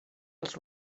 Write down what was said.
dels